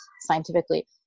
scientifically